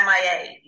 MIA